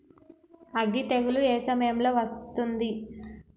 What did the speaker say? అగ్గి తెగులు ఏ సమయం లో వస్తుంది?